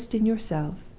a host in yourself!